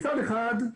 מצד אחד,